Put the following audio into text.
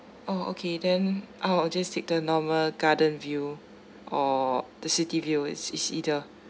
oh okay then I'll I just take the normal garden view or the city viewer it's either